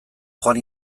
joan